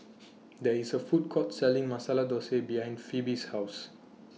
There IS A Food Court Selling Masala Dosa behind Phoebe's House